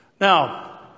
Now